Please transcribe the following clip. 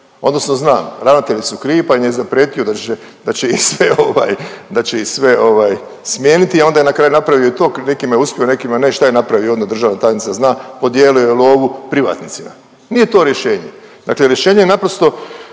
odnosno zna, ravnatelji su krivi pa im je zaprijetio da će ih sve ovaj, da će ih sve ovaj smijeniti, a onda je na kraju napravio to, nekima je uspio, nekima ne, šta je napravio onda, državna tajnica, podijelio je lovu privatnicima. Nije to rješenje. Dakle rješenje je naprosto